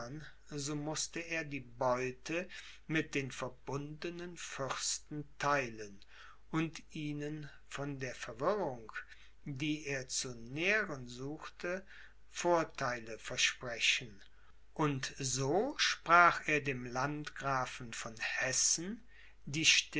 so mußte er die beute mit den verbundenen fürsten theilen und ihnen von der verwirrung die er zu nähren suchte vortheile versprechen und so sprach er dem landgrafen von hessen